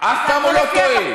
אף פעם הוא לא טועה.